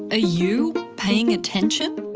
ah you paying attention.